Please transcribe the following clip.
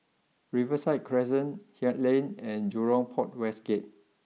Riverside Crescent Haig Lane and Jurong Port West Gate